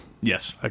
Yes